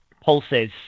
pulses